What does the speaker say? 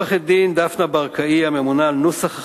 לעורכת-הדין דפנה ברנאי הממונה על נוסח החוק,